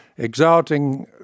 Exalting